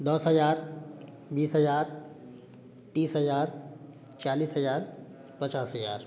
दस हज़ार बीस हज़ार तीस हज़ार चालीस हज़ार पचास हज़ार